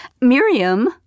Miriam